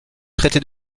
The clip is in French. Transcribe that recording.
traité